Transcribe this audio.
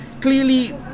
Clearly